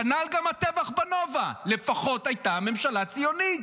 כנ"ל גם הטבח בנובה, לפחות הייתה ממשלה ציונית.